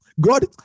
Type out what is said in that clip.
God